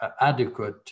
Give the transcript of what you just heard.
adequate